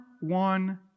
one